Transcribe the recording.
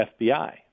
FBI